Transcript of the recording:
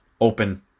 open